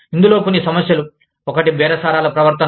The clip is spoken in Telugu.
ఇందులో కొన్ని సమస్యలు ఒకటి బేరసారాల ప్రవర్తన